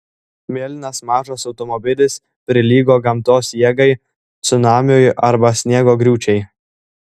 mėlynas mažas automobilis prilygo gamtos jėgai cunamiui arba sniego griūčiai